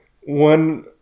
one